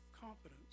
confidence